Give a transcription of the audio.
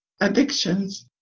addictions